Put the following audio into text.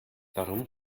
warum